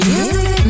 Music